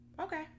Okay